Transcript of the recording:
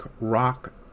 rock